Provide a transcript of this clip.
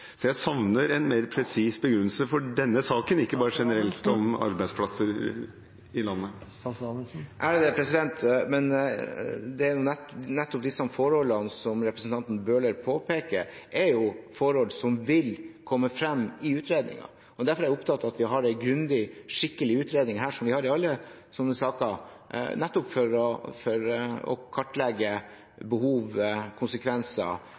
Så jeg savner en mer presis begrunnelse for denne saken, og ikke bare generelt om arbeidsplasser i landet. Nettopp disse forholdene som representanten Bøhler påpeker, er jo forhold som vil komme frem i utredningen. Derfor er jeg opptatt av at vi har en grundig, skikkelig utredning her, som vi har i alle sånne saker, nettopp for å kartlegge behov og konsekvenser